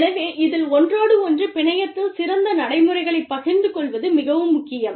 எனவே இதில் ஒன்றோடொன்று பிணையத்தில் சிறந்த நடைமுறைகளைப் பகிர்ந்து கொள்வது மிகவும் முக்கியம்